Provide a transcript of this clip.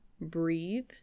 breathe